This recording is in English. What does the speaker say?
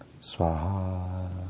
Swaha